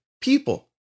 people